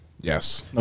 Yes